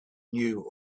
knew